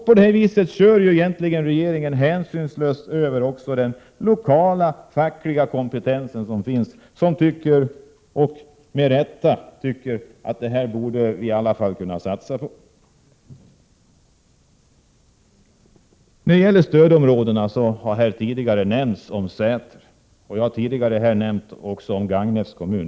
På detta vis kör regeringen hänsynslöst över den lokala fackliga kompetensen, som med rätta tycker att man borde kunna satsa på denna del av företaget. När det gäller stödområdena har här tidigare talats om Säter, och jag har tidigare nämnt Gagnefs kommun.